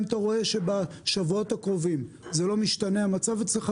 אם אתה רואה שבשבועות הקרובים לא משתנה המצב אצלך,